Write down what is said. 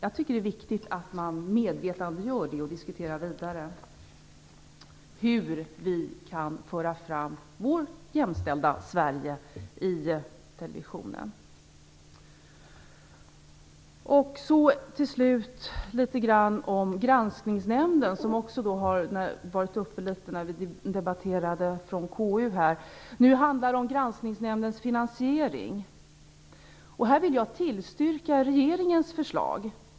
Jag tycker att det är viktigt att man blir medveten om detta och diskuterar vidare hur vi skall kunna föra fram vårt jämställda Sverige i televisionen. Till slut några ord om Granskningsnämnden, som också har varit uppe till diskussion när vi debatterade KU:s betänkande. Nu handlar det om Granskningsnämndens finansiering. Här vill jag tillstyrka regeringens förslag.